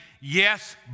Yes